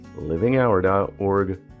livinghour.org